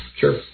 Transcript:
Sure